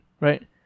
right